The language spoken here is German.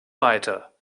weiter